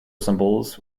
symbols